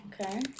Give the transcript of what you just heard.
okay